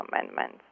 amendments